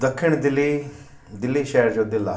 दखण दिल्ली दिल्ली शहर जो दिलि आहे